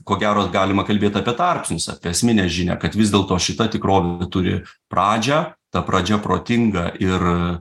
ko gero galima kalbėt apie tarpsnius apie esminę žinią kad vis dėlto šita tikrovė turi pradžią ta pradžia protinga ir